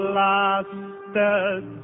lasted